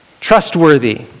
trustworthy